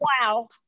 Wow